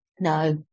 No